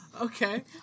okay